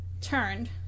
turned